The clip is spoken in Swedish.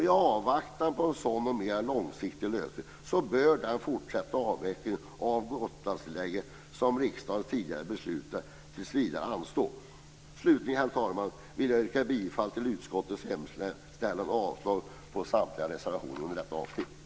I avvaktan på en sådan mer långsiktig lösning bör den fortsatta avvecklingen av Gotlandstillägget, som riksdagen tidigare har beslutat om, tillsvidare anstå. Herr talman! Slutligen vill jag yrka bifall till utskottets hemställan och avslag på samtliga reservationer under detta avsnitt.